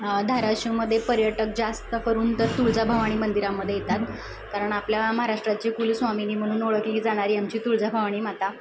धाराशिवमध्ये पर्यटक जास्त करून तर तुळजाभवानी मंदिरामध्ये येतात कारण आपल्या महाराष्ट्राची कुलस्वामिनी म्हणून ओळखली जाणारी आमची तुळजाभवानी माता